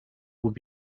would